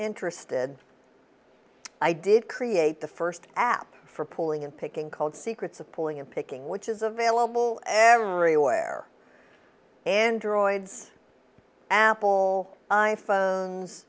interested i did create the first app for pulling in picking called secrets of pulling and picking which is available everywhere androids apple i phone